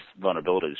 vulnerabilities